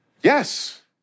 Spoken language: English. yes